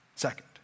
Second